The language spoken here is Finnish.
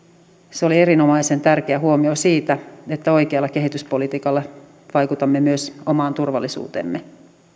se oli erinomaisen tärkeä huomio siitä että oikealla kehityspolitiikalla vaikutamme myös omaan turvallisuuteemme